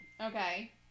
Okay